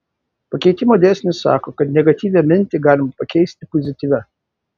pakeitimo dėsnis sako kad negatyvią mintį galima pakeisti pozityvia